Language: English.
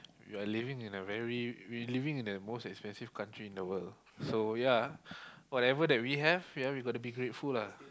you are living in a very we living in a most expensive country in the world so ya whatever that we have we have to be grateful lah